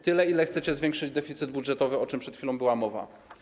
Tyle, ile chcecie zwiększyć deficyt budżetowy, o czym przed chwilą była mowa.